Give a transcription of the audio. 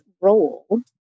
role